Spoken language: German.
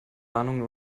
warnungen